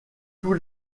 tous